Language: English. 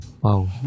Wow